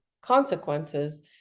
consequences